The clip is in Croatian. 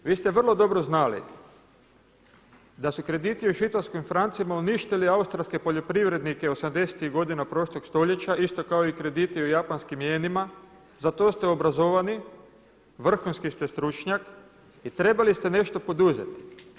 Vi ste vrlo dobro znali da su krediti u švicarskim francima uništili australske poljoprivrednike '80.-tih godina prošlog stoljeća isto kao i krediti u japanskim jenima za to ste obrazovani, vrhunski ste stručnjak i trebali ste nešto poduzeti.